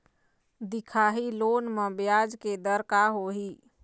दिखाही लोन म ब्याज के दर का होही?